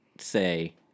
say